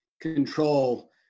control